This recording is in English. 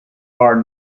are